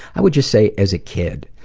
i would just say as a kid